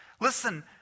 Listen